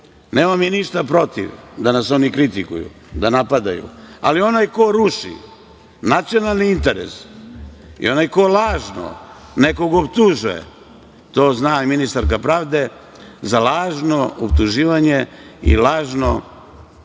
mi ništa protiv da nas oni kritikuju, da napadaju ali onaj ko ruši nacionalni interes i onaj ko lažno nekog optužuje, to zna i ministarka pravde za lažno optuživanje i lažno